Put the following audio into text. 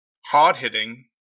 hard-hitting